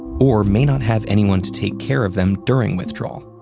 or may not have anyone to take care of them during withdrawal.